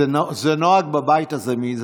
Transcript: זה נוהג בבית הזה.